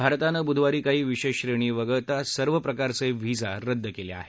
भारतानं बुधवारी काही विशेष श्रेणी वगळता सर्व प्रकारचे व्हिसा रद्द केले आहेत